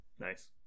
Nice